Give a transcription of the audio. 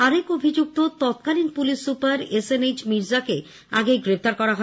আরেক অভিযুক্ত তৎকালীন পুলিশ সুপার এসএনএইচ মির্জাকে আগেই গ্রেপ্তার করা হয়